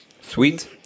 Sweet